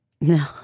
No